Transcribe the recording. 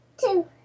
Two